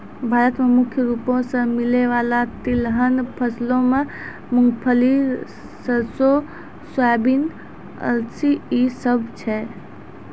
भारत मे मुख्य रूपो से मिलै बाला तिलहन फसलो मे मूंगफली, सरसो, सोयाबीन, अलसी इ सभ छै